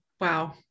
Wow